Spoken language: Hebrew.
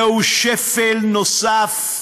זהו שפל נוסף,